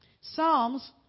Psalms